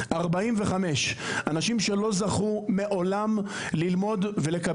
הדרכים צריכות להיות הרבה יותר משמעותיות.